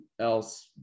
else